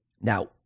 Now